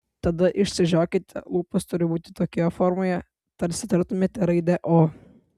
tada išsižiokite lūpos turi būti tokioje formoje tarsi tartumėte raidę o